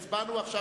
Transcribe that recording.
2009 הצבענו כבר.